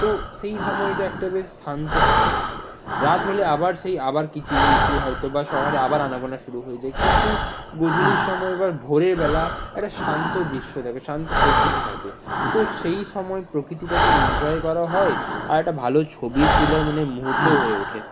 তো সেই সময়টা একটা বেশ শান্ত সময় থাকে রাত হলে আবার সেই আবার কিচিরমিচির হয়তো বা শহরে আবার আনাগোনা শুরু হয়ে যায় কিন্তু গোধূলির সময় বা ভোরের বেলা একটা শান্ত দৃশ্য থাকে শান্ত প্রকৃতি থাকে তো সেই সময় প্রকৃতিটাকে এনজয় করা হয় আর একটা ভালো ছবি তোলার মানে মুহূর্তও হয়ে ওঠে